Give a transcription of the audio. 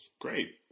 great